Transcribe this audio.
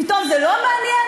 פתאום זה לא מעניין?